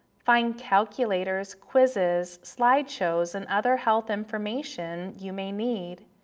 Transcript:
find calculators, quizzes, slideshows and other health information you may need,